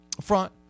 front